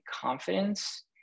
confidence